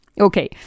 Okay